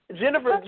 Jennifer